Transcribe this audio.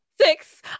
Six